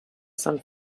some